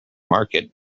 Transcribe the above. market